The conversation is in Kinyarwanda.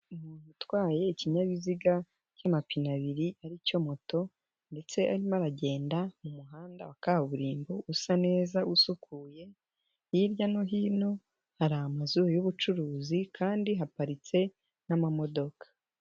Umuntu utwaye ikinyabiziga cy'amapine abiri aricyo moto ndetse arimo arabagenda mu muhanda wa kaburimbo usa neza, usukuye, hirya no hino hari amazu y'ubucuruzi kandi haparitse n'amamodoka.